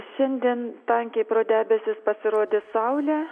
šiandien tankiai pro debesis pasirodys saulė